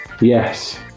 yes